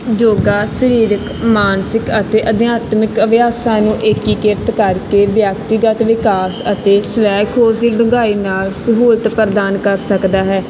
ਯੋਗਾ ਸਰੀਰਿਕ ਮਾਨਸਿਕ ਅਤੇ ਅਧਿਆਤਮਿਕ ਅਭਿਆਸਾਂ ਨੂੰ ਏਕੀਕ੍ਰਿਤ ਕਰਕੇ ਵਿਅਕਤੀਗਤ ਵਿਕਾਸ ਅਤੇ ਸਵੈ ਖੋਜ ਦੀ ਡੁੰਘਾਈ ਨਾਲ ਸਹੂਲਤ ਪ੍ਰਦਾਨ ਕਰ ਸਕਦਾ ਹੈ